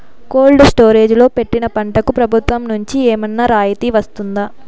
Cold storage లో పెట్టిన పంటకు ప్రభుత్వం నుంచి ఏమన్నా రాయితీ వస్తుందా?